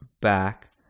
back